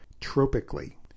Tropically